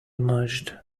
merged